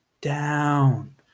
down